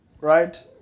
right